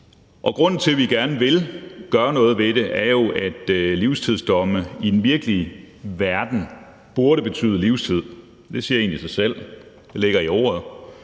Grunden til, at vi gerne vil gøre noget ved det, er jo, at livstidsdomme i den virkelige verden burde betyde livstid. Det siger egentlig sig selv, det ligger i ordet,